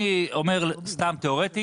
אני אומר סתם תיאורטית